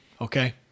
Okay